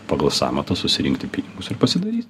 pagal sąmatą susirinkti pinigus ir pasidaryt